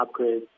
upgrades